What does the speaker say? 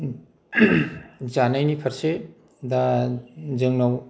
जानायनि फारसे दा जोंनाव